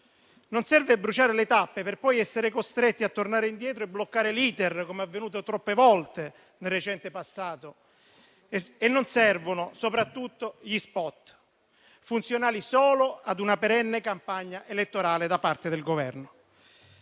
Non serve bruciare le tappe, per poi essere costretti a tornare indietro e bloccare l'*iter*, come è avvenuto troppe volte nel recente passato, e non servono soprattutto gli *spot*, funzionali solo a una perenne campagna elettorale da parte del Governo.